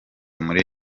muri